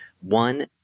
One